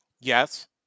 Yes